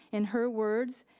and her words,